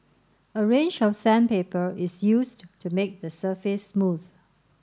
a range of sandpaper is used to make the surface smooth